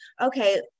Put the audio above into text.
okay